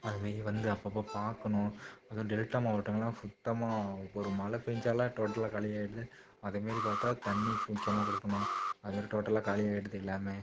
அதுமாரி வந்து அப்பப்போ பார்க்கணும் அதுவும் டெல்டா மாவட்டம்லாம் சுத்தமாக ஒரு மழை பேஞ்சாலா டோட்டலா காலியாகிடுது அதேமாரி பார்த்தா தண்ணீர் ஃபு முக்கியமாக கொடுக்கணும் அதுமாரி டோட்டலாக காலியாகிடுது எல்லாமே